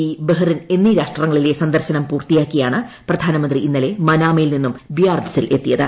E Bahrain എന്നീ രാഷ്ട്രങ്ങളിലെ സന്ദർശനം പൂർത്തിയാക്കിയാണ് പ്രധാന്നമന്ത്രി ഇന്നലെ മനാമയിൽ നിന്നും ബിയാറിറ്റ്സിൽ എത്തിയത്